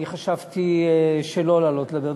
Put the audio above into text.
אני חשבתי שלא לעלות לדבר,